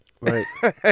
Right